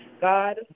God